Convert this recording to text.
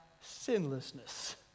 sinlessness